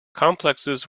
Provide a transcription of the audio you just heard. complexes